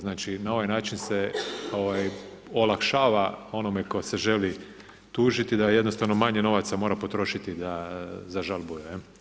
Znači na ovaj način se olakšava onome tko se želi tužiti da jednostavno manje novaca mora potrošiti za žalbu.